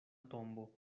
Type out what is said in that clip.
tombo